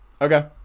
okay